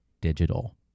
digital